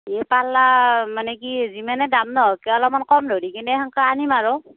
এই পাল্লা মানে কি যিমানে দাম নহওক কিয় অলপমান কম ধৰি কেনে তেনেকৈ আনিম আৰু